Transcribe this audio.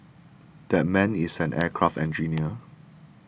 that man is an aircraft engineer